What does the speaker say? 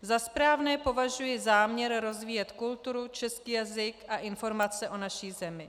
Za správné považuji záměr rozvíjet kulturu, český jazyk a informace o naší zemi.